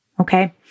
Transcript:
Okay